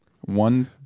One